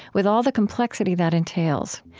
with all the complexity that entails.